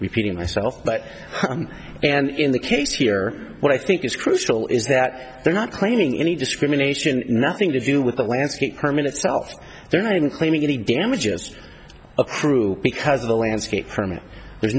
repeating myself but and in the case here what i think is crucial is that they're not planning any discrimination nothing to do with the landscape permit itself they're not even claiming any damages accrue because the landscape permit there's